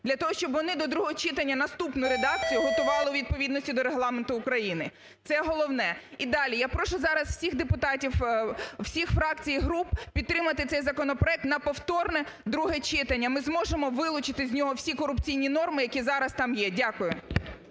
для того, щоб вони до другого читання наступну редакцію готували у відповідності до Регламенту України. Це головне. І далі. Я прошу зараз всіх депутатів всіх фракцій і груп підтримати цей законопроект на повторне друге читання. Ми зможемо вилучити з нього всі корупційні норми, які зараз там є. Дякую.